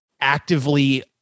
actively